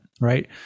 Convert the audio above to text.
right